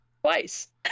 Twice